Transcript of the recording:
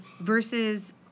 versus